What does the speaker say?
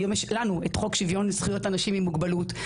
יש לנו את חוק שוויון זכויות אנשים עם מוגבלות.